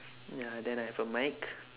ya then I have a mic